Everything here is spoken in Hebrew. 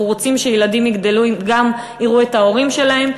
אנחנו רוצים שילדים יגדלו והם גם יראו את ההורים שלהם,